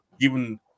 given